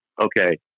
okay